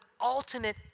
ultimate